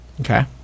Okay